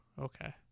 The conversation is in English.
okay